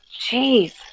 Jeez